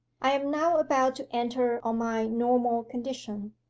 i am now about to enter on my normal condition.